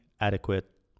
adequate